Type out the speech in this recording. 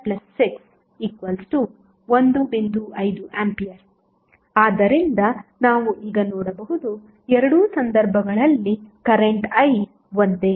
5A ಆದ್ದರಿಂದ ನಾವು ಈಗ ನೋಡಬಹುದು ಎರಡೂ ಸಂದರ್ಭಗಳಲ್ಲಿ ಕರೆಂಟ್ I ಒಂದೇ